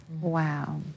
Wow